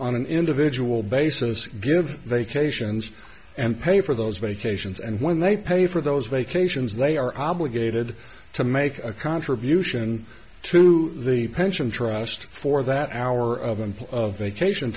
on an individual basis give vacations and pay for those vacations and when they pay for those vacations they are obligated to make a contribution to the pension trust for that hour of